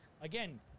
Again